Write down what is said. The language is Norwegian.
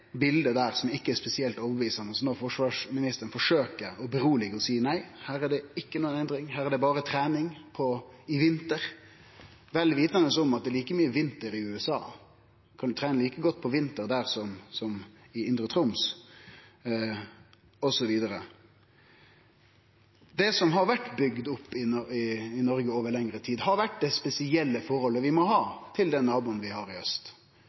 bildet som ikkje er spesielt overtydande når forsvarsministeren forsøkjer å roe ned og seie at nei, her er det ikkje noka endring, her er det berre trening om vinteren – sjølv om han veit at det er like mykje vinter i USA. Ein kan trene like godt om vinteren der som i indre Troms. Det som har vore bygd opp i Noreg over lengre tid, har vore det spesielle forholdet vi må ha til den naboen vi har i